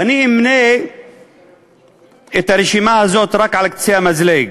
ואני אמנה את הרשימה הזאת רק על קצה המזלג: